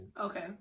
okay